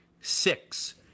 Six